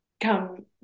come